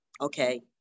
okay